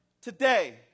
today